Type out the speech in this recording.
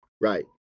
Right